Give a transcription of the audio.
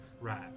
right